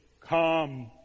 Come